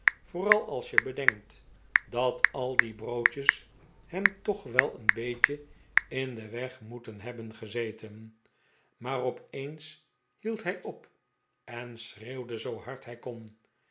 vooral als je bedenkt dat al die broodjes hem toch wel een beetje in den weg moeten hebben gezeten maar op eens hield hij op en schreeuwde zoo hard hij kon